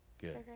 Good